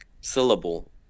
Syllable